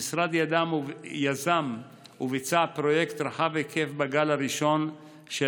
המשרד יזם וביצע בגל הראשון פרויקט רחב היקף של